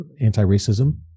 anti-racism